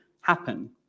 happen